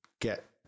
get